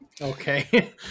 Okay